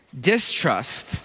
Distrust